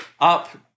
up